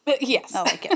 Yes